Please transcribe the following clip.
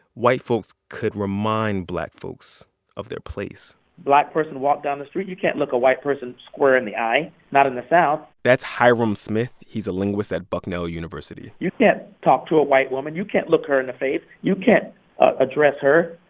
white folks could remind black folks of their place black person walk down the street you can't look a white person square in the eye, not in the south that's hiram smith. he's a linguist at bucknell university you can't talk to a white woman. you can't look her in the face. you can't address her.